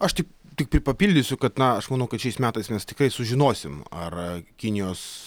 aš tik tik pri papildysiu kad na aš manau kad šiais metais mes tikrai sužinosim ar kinijos